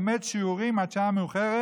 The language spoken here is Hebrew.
לומד שיעורים עד שעה מאוחרת.